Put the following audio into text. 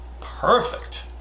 perfect